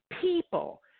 people